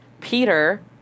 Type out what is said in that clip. Peter